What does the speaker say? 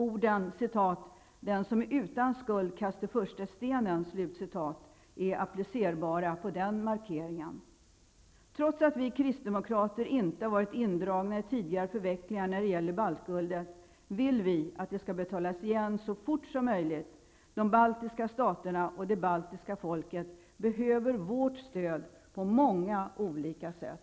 Orden ''den som är utan skuld, kaste första stenen'' är applicerbara på den markeringen. Trots att vi kristdemokrater inte har varit indragna i tidigare förvecklingar när det gäller baltguldet, vill vi att det skall betalas igen så fort som möjligt. De baltiska staterna och det baltiska folket behöver vårt stöd på många olika sätt.